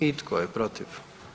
I tko je protiv?